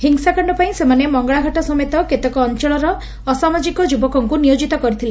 ହିଂସାକାଣ୍ଡ ପାଇଁ ସେମାନେ ମଙ୍ଗଳାଘାଟ ସମେତ କେତେକ ଅଞ୍ଞଳର ଅସାମାଜିକ ଯୁବକଙ୍କୁ ନିୟୋଜିତ କରିଥିଲେ